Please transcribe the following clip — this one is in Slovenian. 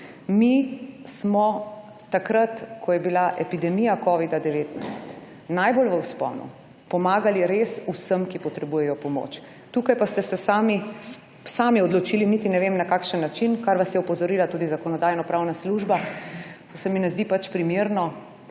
Mi smo takrat, ko je bila epidemija Covida-19 najbolj v vzponu, pomagali res vsem, ki potrebujejo pomoč, tukaj pa ste se sami, sami odločili, niti ne vem, na kakšen način, kar vas je opozorila tudi Zakonodajno-pravna služba, to se mi ne zdi pač primerno.